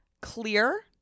clear